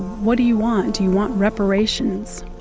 what do you want? do you want reparations?